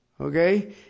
Okay